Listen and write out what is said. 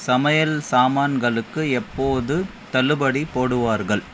சமையல் சாமான்களுக்கு எப்போது தள்ளுபடி போடுவார்கள்